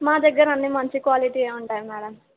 మా దగ్గర అన్నీ మంచి క్వాలిటీయే ఉంటాయి మ్యాడమ్